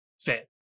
fit